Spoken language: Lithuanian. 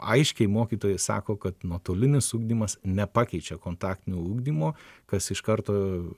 aiškiai mokytojai sako kad nuotolinis ugdymas nepakeičia kontaktinio ugdymo kas iš karto